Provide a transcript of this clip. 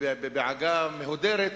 בעגה מהודרת,